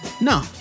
No